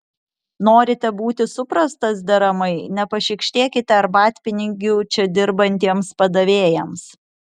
norite būti suprastas deramai nepašykštėkite arbatpinigių čia dirbantiems padavėjams